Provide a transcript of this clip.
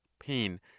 Pain